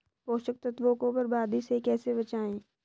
पोषक तत्वों को बर्बादी से कैसे बचाएं?